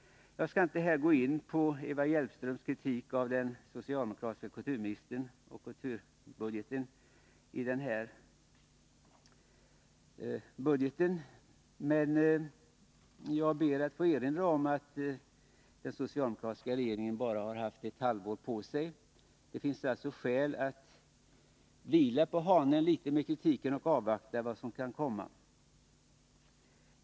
Jag skall här inte gå in på Eva Hjelmströms kritik av den socialdemokratiske kulturministern och kulturbudgeten. Men jag ber att få erinra om att den socialdemokratiska regeringen bara haft ett halvår på sig — det finns alltså skäl att vila på hanen när det gäller kritiken och avvakta vad som kan komma.